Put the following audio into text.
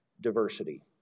diversity